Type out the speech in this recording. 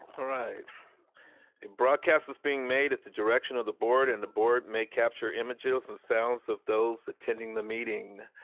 alright broadcast is being made at the direction of the board and the board may capture images and sounds of those attending the meeting.